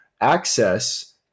access